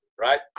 right